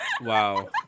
Wow